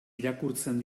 irakurtzen